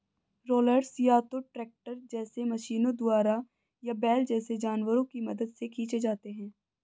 rollers या तो tractor जैसे मशीनों द्वारा या बैल जैसे जानवरों की मदद से खींचे जाते हैं